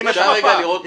אפשר לראות את המפה?